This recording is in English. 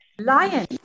lion